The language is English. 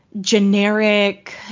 generic